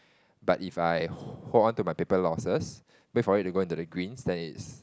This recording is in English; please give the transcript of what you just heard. but if I hold on to my paper loses wait for it to go into the green then is